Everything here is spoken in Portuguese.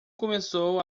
começou